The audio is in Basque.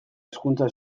hezkuntza